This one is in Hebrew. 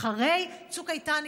אחרי צוק איתן,